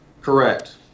Correct